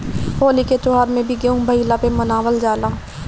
होली के त्यौहार भी गेंहू भईला पे मनावल जाला